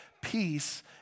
peace